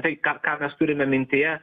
tai ką ką mes turime mintyje